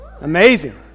amazing